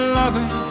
loving